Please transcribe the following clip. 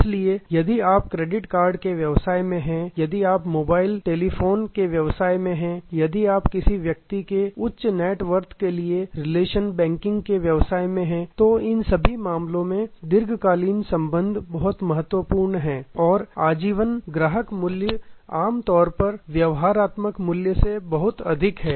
इसलिए यदि आप क्रेडिट कार्ड के व्यवसाय में हैं यदि आप मोबाइल टेलीफोनी के व्यवसाय में हैं यदि आप किसी व्यक्ति के उच्च नेटवर्थ के लिए रिलेशन बैंकिंग के व्यवसाय में हैं तो इन सभी मामलों में दीर्घकालिक संबंध महत्वपूर्ण हैं और आजीवन ग्राहक मूल्य आम तौर पर व्यवहारात्मक मूल्य से बहुत अधिक हैं